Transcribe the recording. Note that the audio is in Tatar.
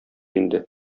инде